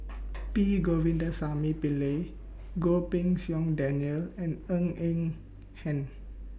P Govindasamy Pillai Goh Pei Siong Daniel and Ng Eng Hen